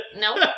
Nope